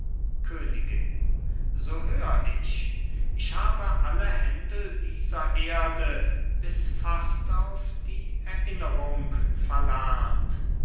königin so hör ich ich habe alle händel dieser erde bis fast auf die erinnerung verlernt